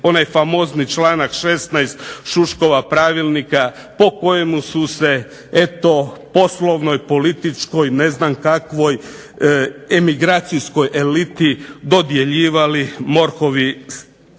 onaj famozni članak 16. Šuškova pravilnika po kojemu su se eto poslovnoj, političkoj, ne znam kakvoj, emigracijskoj eliti dodjeljivali MORH-ovi stanovi.